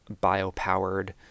bio-powered